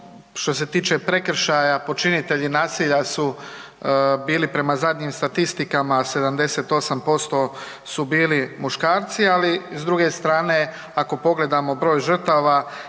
što se tiče prekršaja počinitelji nasilja su bili prema zadnjim statistikama 78% su bili muškarci, ali s druge strane ako pogledamo broj žrtava